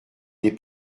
des